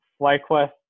FlyQuest